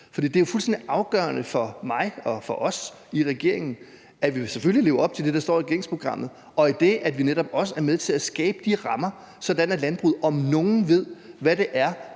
tid. Det er fuldstændig afgørende for mig og for os i regeringen, at vi selvfølgelig lever op til det, der står i regeringsprogrammet, og at vi netop også er med til at skabe de rammer, sådan at landbruget om nogen ved, hvad det er,